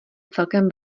celkem